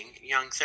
young